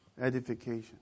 edification